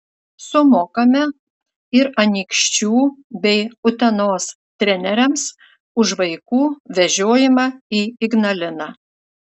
sumokame ir anykščių bei utenos treneriams už vaikų vežiojimą į ignaliną